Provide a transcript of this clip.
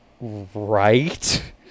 right